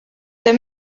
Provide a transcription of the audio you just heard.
der